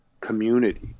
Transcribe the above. community